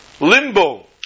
limbo